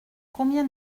combien